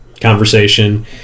conversation